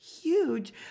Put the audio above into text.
Huge